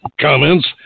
comments